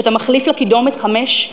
כשאתה מחליף לקידומת חמש,